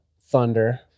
Thunder